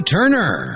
Turner